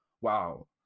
wow